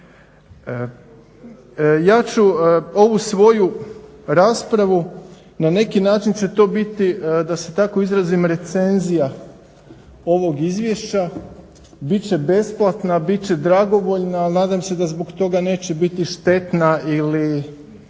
Ja ću ovu svoju raspravu, na neki način će to biti da se tako izrazim recenzija ovog izvješća, bit će besplatna, bit će dragovoljna, ali nadam se da zbog toga neće biti štetna ili